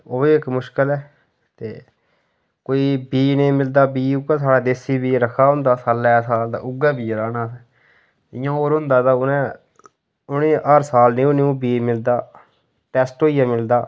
ओह् बी इक मुश्कल ऐ ते कोई बीऽ नेईं मिलदा बीऽ उ'यै सारा देसी बीऽ रक्खे दा होंदा सालै दे साल ते उ'यै बीऽ राह्ना असें इंयां होर होंदा ते उनें उनेंगी हर साल न्यू बीऽ मिलदा टैस्ट होइयै मिलदा